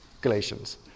Galatians